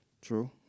True